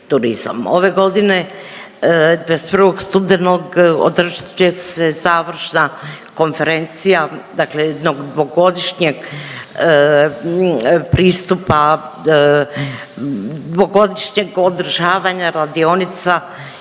Ove godine 21. studenog održat će se završna konferencija, dakle jednog dvogodišnjeg pristupa, dvogodišnjeg održavanja radionica